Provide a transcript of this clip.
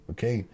Okay